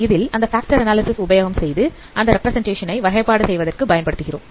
இதில் அந்த factor analysis உபயோகம் செய்து அந்த ரெப்பிரசன்டேஷன் ஐ வகைப்பாடு செய்வதற்கு பயன்படுத்துகிறோம்